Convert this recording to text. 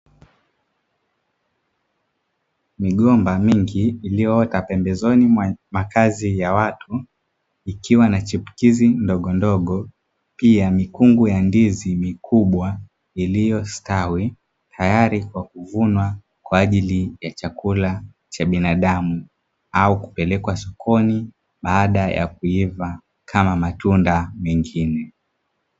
Migomba mingi iliyoota pembezoni mwa makazi ya watu, ikiwa na chipukizi ndogo ndogo, pia mikungu ya ndizi mikubwa iliyostawi, tayali kwa kuvunwa kwaajili ya chakula cha binadamu, au kupelelwa sokoni baada ya kuiva kama matunda mengine.